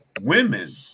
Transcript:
women